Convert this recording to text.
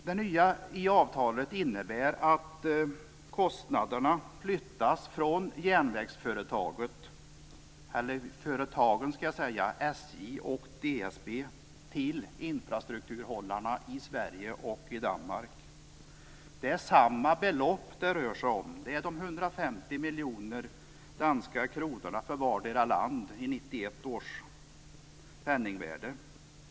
Det nya i avtalet innebär att kostnaderna flyttas från järnvägsföretagen SJ och DSB till infrastrukturhållarna i Sverige och Danmark. Det är samma belopp det rör sig om. Det är 150 miljoner danska kronor för vardera land i 1991 års penningvärde.